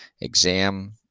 exam